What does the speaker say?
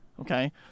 Okay